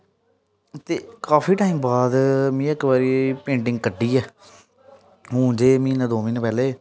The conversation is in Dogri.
ते काफी टाइम बाद में इक बारी पेंटिंग कड्ढियै हून जेह् म्हीने दो म्हीने पैह्लें